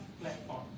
platform